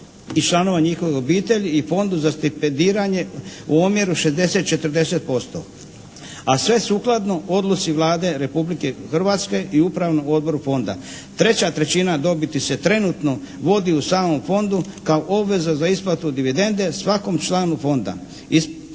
i članova njihovih obitelji i Fondu za stipendiranje u omjeru 60:40%, a sve sukladno Odluci Vlade Republike Hrvatske i Upravnom odboru Fonda. Treća trećina dobiti se trenutno vodi u samom Fondu kao obveza za isplatu dividende svakom članu Fonda.